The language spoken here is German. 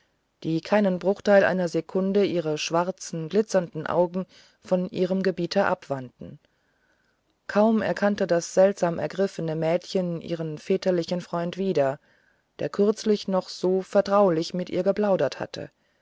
die keinen bruchteil einer sekunde ihre schwarzen glitzernden augen von ihrem gebieter wegwandten kaum erkannte das seltsam ergriffene mädchen ihren väterlichen freund wieder der kürzlich noch so vertraulich mit ihr geplaudert hatte